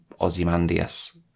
Ozymandias